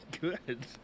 Good